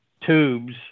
tubes